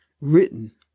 written